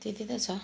त्यति त छ